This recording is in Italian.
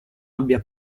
abbia